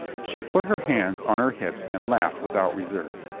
she put her hands on her hips and laughed without reserve.